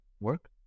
work